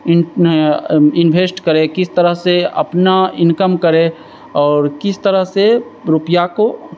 इन invest करें किस तरह से अपना इनकम करें और किस तरह से रुपया को